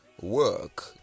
work